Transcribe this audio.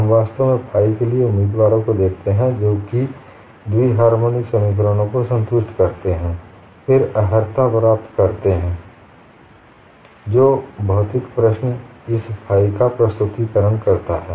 हम वास्तव में phi के लिए उम्मीदवारों को देखते हैं जो द्वि हार्मोनिक समीकरण को संतुष्ट करते हैं फिर अर्हता प्राप्त करते हैं जो भौतिक प्रश्न इस फाइ का प्रस्तुतीकरण करती है